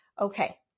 okay